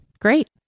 great